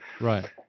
Right